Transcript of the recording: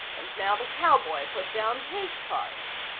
and now the cowboy put down his cards.